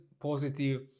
positive